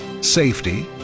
safety